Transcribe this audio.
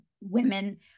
women